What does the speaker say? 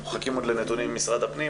אנחנו מחכים לנתונים ממשרד הפנים.